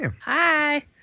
hi